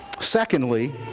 Secondly